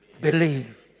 believe